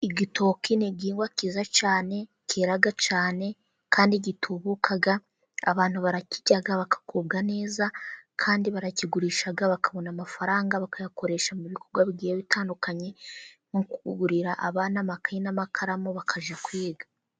Igitoki ni igihingwa kiza cyane, kera cyane, kandi gitubuka, abantu barakirya, bakakubwa neza kandi barakigurisha, bakabona amafaranga bakayakoresha mu bikorwa bigiye bitandukanye, nko kugurira abana amakayi n'amakaramu bakajya kwiga